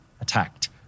attacked